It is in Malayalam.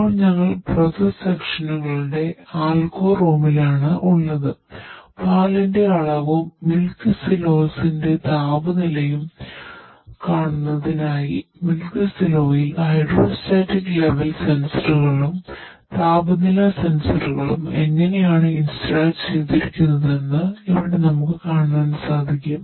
ഇപ്പോൾ ഞങ്ങൾ പ്രോസസ് സെക്ഷനുകളുടെ ചെയ്തിരിക്കുന്നതെന്ന് ഇവിടെ നമുക്ക് കാണാൻ സാധിക്കും